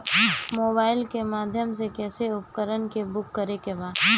Mobile के माध्यम से कैसे उपकरण के बुक करेके बा?